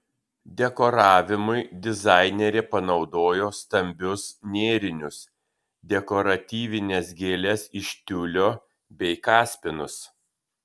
dekoravimui dizainerė panaudojo stambius nėrinius dekoratyvines gėles iš tiulio bei kaspinus